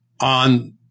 on